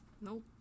Nope